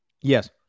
Yes